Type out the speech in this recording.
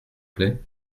plaît